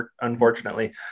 unfortunately